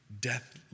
death